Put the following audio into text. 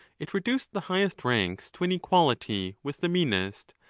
it reduced the highest ranks to an equality with the meanest,